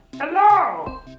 Hello